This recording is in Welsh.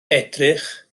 edrych